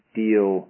deal